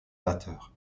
batteur